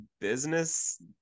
business